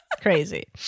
Crazy